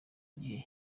gihe